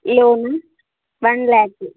లోనా వన్ ల్యాకు